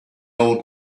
old